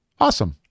Awesome